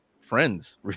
friends